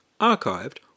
archived